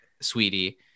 sweetie